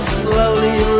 slowly